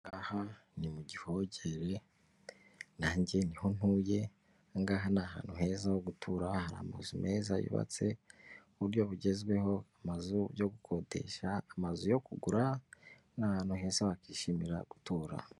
Aha ni mu Gihogere nanjye niho ntuye, aha ngaha ni ahantu heza ho gutura, hari amazu meza yubatse mu buryo bugezweho, amazu yo gukodesha, amazu yo kugura, ni ahantu heza wakishimira gutura.